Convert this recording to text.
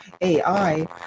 AI